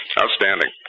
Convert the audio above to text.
Outstanding